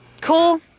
Cool